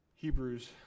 Hebrews